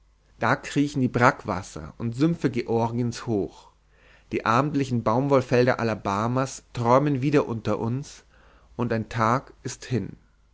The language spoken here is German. da kriechen die brackwasser und sümpfe georgiens hoch die abendlichen baumwollfelder alabamas träumen wieder unter uns und ein tag ist hin